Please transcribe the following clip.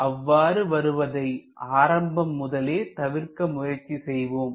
அவ்வாறு வருவதை ஆரம்பம் முதலே தவிர்க்க முயற்சி செய்வோம்